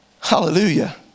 Hallelujah